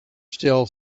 still